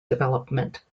development